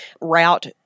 route